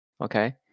Okay